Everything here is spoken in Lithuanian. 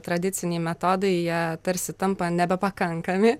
tradiciniai metodai jie tarsi tampa nebepakankami